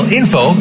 info